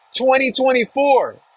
2024